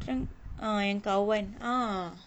ah yang kawan ah